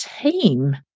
team